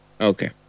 Okay